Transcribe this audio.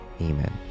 amen